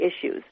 issues